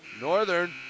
Northern